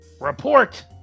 report